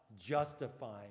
justifying